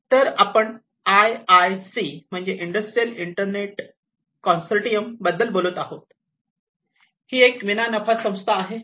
तर आपण I I C म्हणजेच इंडस्ट्रियल इंटरनेट कॉन्सोर्टियम बद्दल बोलत आहोत ही एक विना नफा संस्था आहे